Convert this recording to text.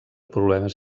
problemes